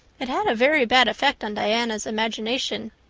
it had a very bad effect on diana's imagination.